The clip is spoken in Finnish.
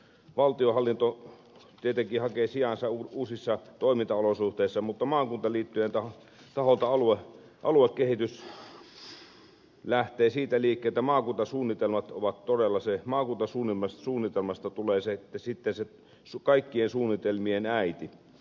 valtionhallinto tietenkin hakee sijaansa uusissa toimintaolosuhteissa mutta maakuntaliittojen taholta aluekehitys lähtee siitä liikkeitä makutosuunnitelmat ovat todellisia maku liikkeelle että maakuntasuunnitelmasta tulee se kaikkien suunnitelmien äiti